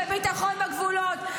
אין לכם בושה.